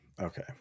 okay